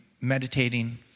meditating